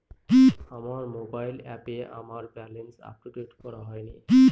আমার মোবাইল অ্যাপে আমার ব্যালেন্স আপডেট করা হয়নি